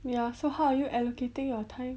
ya so how are you allocating your time